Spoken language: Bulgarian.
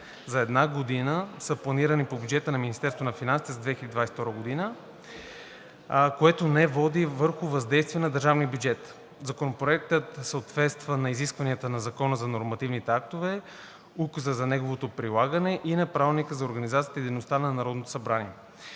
за една година, са планирани по бюджета на Министерството на финансите за 2022 г., което не води до въздействие върху държавния бюджет. Законопроектът съответства на изискванията на Закона за нормативните актове, Указа за неговото прилагане и на Правилника за организацията и дейността на Народното събрание.